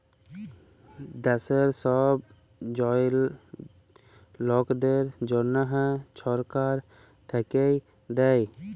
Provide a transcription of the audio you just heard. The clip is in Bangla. দ্যাশের ছব জয়াল লকদের জ্যনহে ছরকার থ্যাইকে দ্যায়